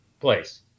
place